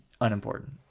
unimportant